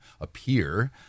appear